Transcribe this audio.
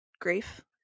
grief